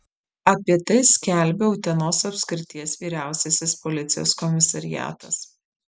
apie tai skelbia utenos apskrities vyriausiasis policijos komisariatas